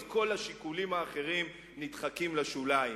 אז כל השיקולים האחרים נדחקים לשוליים.